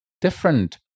different